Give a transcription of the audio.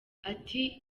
ati